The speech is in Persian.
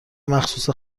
مخصوص